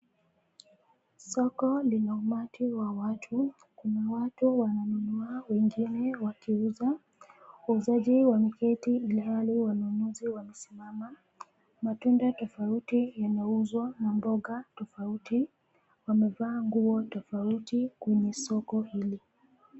Soko lina umati wa watu. Kuna watu wananunua, wengine wakiuza. Wauzaji wameketi ilhali wanunuzi wamesimama. Matunda tofauti yanauzwa na mboga tofauti. Wamevaa nguo tofauti kwenye soko hili.